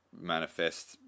manifest